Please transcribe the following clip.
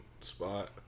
spot